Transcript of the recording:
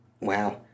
Wow